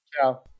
Ciao